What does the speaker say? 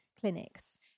clinics